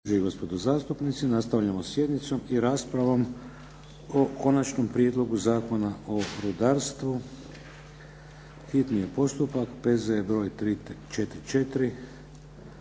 i gospodo zastupnici nastavljamo sa sjednicom i raspravom o - Konačnom prijedlogu Zakona o rudarstvu, hitni postupak, P.Z.E. broj 344